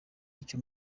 icyo